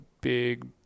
big